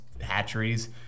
hatcheries